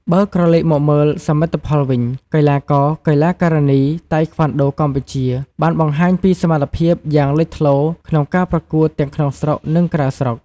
បើក្រលែកមកមើលសមិទ្ធផលវិញ កីឡាករ កីឡាការិនី តៃក្វាន់ដូកម្ពុជាបានបង្ហាញពីសមត្ថភាពយ៉ាងលេចធ្លោក្នុងការប្រកួតទាំងក្នុងស្រុក និងក្រៅស្រុក។